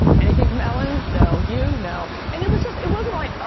anything from ellen no you no and it wasn't it wasn't like ah